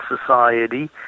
society